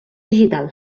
digital